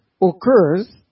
occurs